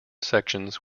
sections